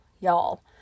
y'all